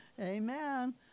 amen